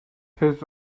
his